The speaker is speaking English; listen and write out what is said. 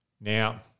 Now